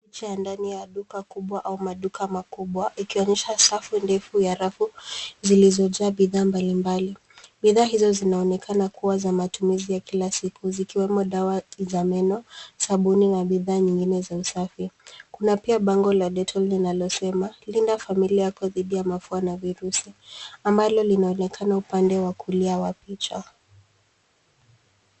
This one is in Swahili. Nje ya duka kubwa au maduka makubwa ikionyesha safu ndefu ya rafu zilizoja bidhaa mbalimbali. Bidhaa hizo zinaonekana kuwa za matumizi ya kila siku zikiwemo dawa za meno, sabuni na bidhaa nyingine za usafi. Kuna pia bango la Dettol linalosema linda familia yako dhidi ya mafua na virusi ambalo linaonekana upande wa kulia wa picha.